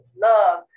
love